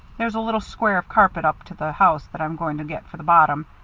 there's a little square of carpet up to the house that i'm going to get for the bottom,